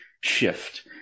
shift